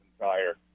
entire